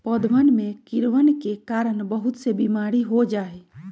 पौधवन में कीड़वन के कारण बहुत से बीमारी हो जाहई